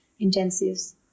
intensives